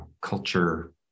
culture